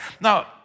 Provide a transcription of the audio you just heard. Now